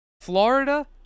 Florida